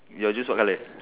your juice what colour